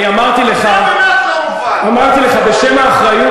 אני בדאבון לב,